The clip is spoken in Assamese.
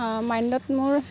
মাইণ্ডত মোৰ